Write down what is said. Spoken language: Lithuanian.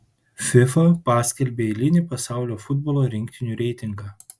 fifa paskelbė eilinį pasaulio futbolo rinktinių reitingą